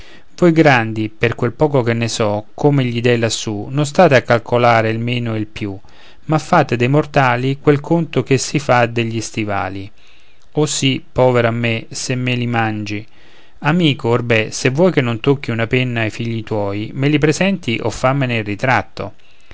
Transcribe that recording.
voi grandi per quel poco che ne so come gli dèi lassù non state a calcolare il meno e il più ma fate dei mortali quel conto che si fa degli stivali oh sì povero a me se me li mangi amico orbe se vuoi che non tocchi una penna a figli tuoi me li presenti o fammene il ritratto